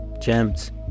gems